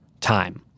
time